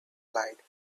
light